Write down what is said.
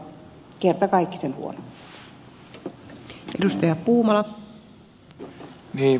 rouva puhemies